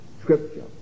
scripture